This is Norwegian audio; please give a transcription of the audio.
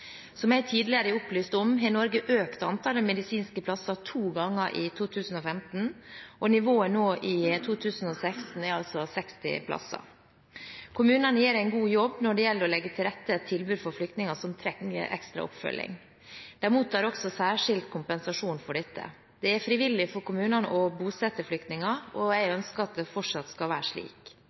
Som jeg tidligere har opplyst om, økte Norge antallet medisinske plasser to ganger i 2015, og nivået nå i 2016 er 60 plasser. Kommunene gjør en god jobb når det gjelder å legge til rette tilbud for flyktninger som trenger ekstra oppfølging. De mottar også særskilt kompensasjon for dette. Det er frivillig for kommunene å bosette flyktninger, og jeg ønsker at det fortsatt skal være slik.